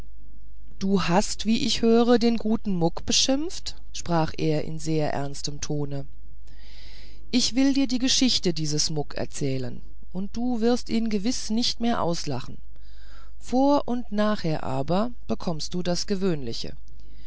du hast wie ich höre den guten muck geschimpft sprach er in sehr ernstem tone ich will dir die geschichte dieses muck erzählen und du wirst ihn gewiß nicht mehr auslachen vor und nachher aber bekommst du das gewöhnliche